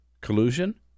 collusion